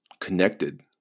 connected